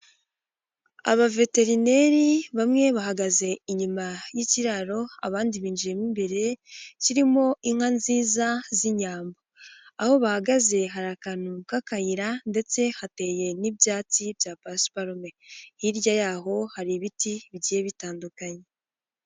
Abaveterineri bamwe bahagaze inyuma y'ikiraro, abandi binjiyemo imbere, kirimo inka nziza z'Inyambo, aho bahagaze hari akantu k'akayira ndetse hateye n'ibyatsi bya pasiparume, hirya y'aho hari ibiti bigiye bitandukanye.